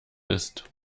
ist